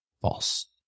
false